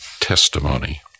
testimony